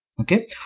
okay